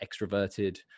extroverted